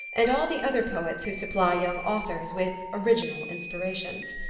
and all the other poets who supply young authors with original inspirations.